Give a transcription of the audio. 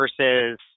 versus